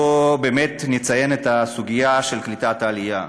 בואו באמת נציין את הסוגיה של קליטת העלייה.